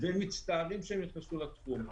הם מצטערים שהם נכנסו לתחום.